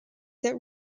that